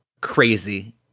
crazy